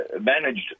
managed